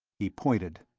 he pointed.